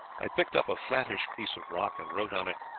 i picked up a flattish piece of rock and wrote on it,